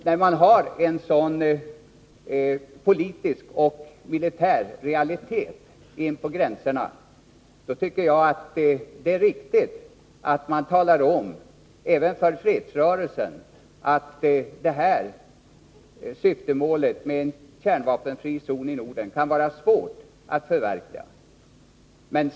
När man har en sådan politisk och militär realitet inpå gränserna, tycker jag att det är riktigt att man talar om även för fredsrörelsen att syftemålet med en kärnvapenfri zon i Norden kan vara svårt att förverkliga.